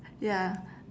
ya